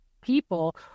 people